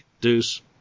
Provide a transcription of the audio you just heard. Deuce